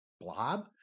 blob